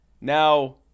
Now